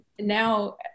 now